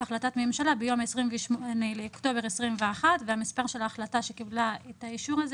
כהחלטת ממשלה ביום 28 באוקטובר 2021. מספר ההחלטה שקיבלה את האישור הזה